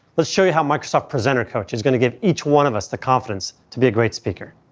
let's show you how microsoft presenter coach is going to give each one of us the confidence to be a great speaker.